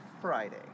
Friday